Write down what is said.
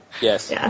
Yes